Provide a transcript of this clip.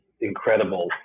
incredible